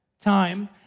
time